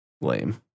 Lame